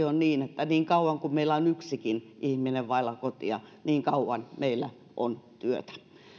on niin että niin kauan kuin meillä on yksikin ihminen vailla kotia niin kauan meillä on työtä